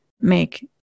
make